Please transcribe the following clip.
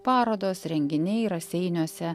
parodos renginiai raseiniuose